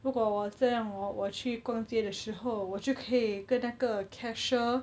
如果我这样 hor 我去逛街的时候我就可以跟那个 cashier